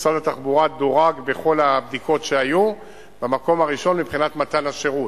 משרד התחבורה דורג בכל הבדיקות שהיו במקום הראשון מבחינת מתן השירות,